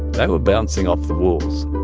they were bouncing off the walls.